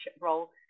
role –